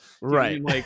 right